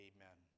Amen